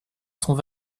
sont